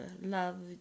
love